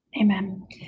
Amen